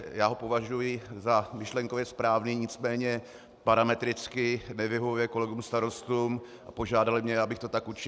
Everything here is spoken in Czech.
Já ho považuji za myšlenkově správný, nicméně parametricky nevyhovuje kolegům starostům a požádali mě, abych tak učinil.